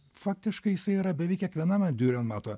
faktiškai jisai yra beveik kiekviename diurenmato